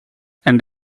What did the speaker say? and